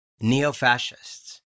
neo-fascists